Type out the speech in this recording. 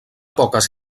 poques